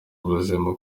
ubuzima